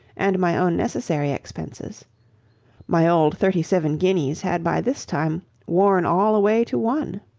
and my own necessary expenses my old thirty-seven guineas had by this time worn all away to one.